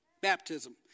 Baptism